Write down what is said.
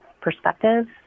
Perspective